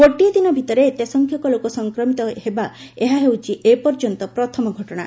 ଗୋଟିଏ ଦିନ ଭିତରେ ଏତେ ସଂଖ୍ୟକ ଲୋକ ସଂକ୍ରମିତ ହେବା ଏହା ହେଉଛି ଏପର୍ଯ୍ୟନ୍ତ ପ୍ରଥମ ଘଟଣା